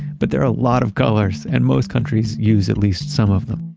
but there are a lot of colors, and most countries use at least some of them.